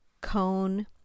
cone